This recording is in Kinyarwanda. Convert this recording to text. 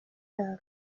yabo